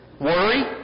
Worry